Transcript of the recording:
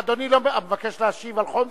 אדוני מבקש להשיב על חומסקי?